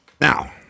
Now